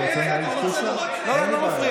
לא, לא,